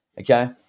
okay